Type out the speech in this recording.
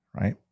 right